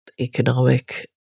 economic